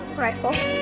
rifle